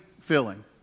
filling